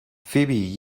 فیبی